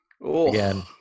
Again